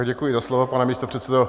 Děkuji za slovo, pane místopředsedo.